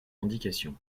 indications